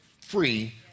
free